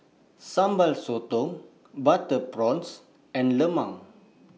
Sambal Sotong Butter Prawns and Lemang